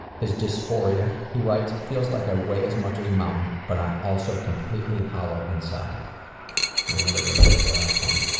his dysphoria, he writes it feels like i weigh as much as a mountain but i'm completely hollow inside. i really related to that one.